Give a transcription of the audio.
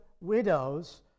widows